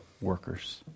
workers